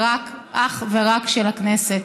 ואך ורק של הכנסת.